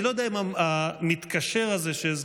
אני לא יודע אם המתקשר הזה שהזכרת,